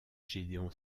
gédéon